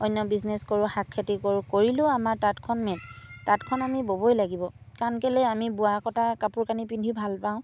অন্য বিজনেছ কৰোঁ শাক খেতি কৰোঁ কৰিলেও আমাৰ তাঁতখন মেইন তাঁতখন আমি ববই লাগিব কাৰণ কেলৈ আমি বোৱা কটা কাপোৰ কানি পিন্ধি ভালপাওঁ